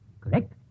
Correct